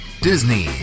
Disney